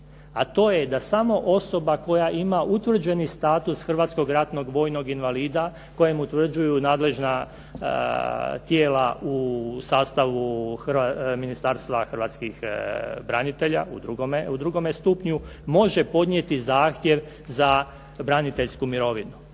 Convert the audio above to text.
a to je da samo osoba koja ima utvrđeni status hrvatskog ratnog vojnog invalida kojem utvrđuju nadležna tijela u sastavu Ministarstva hrvatskih branitelja u drugome stupnju može podnijeti zahtjev za braniteljsku mirovinu.